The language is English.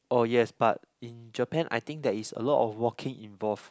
oh yes but in Japan I think there is a lot of walking involved